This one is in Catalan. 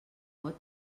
got